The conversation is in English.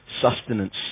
sustenance